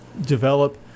develop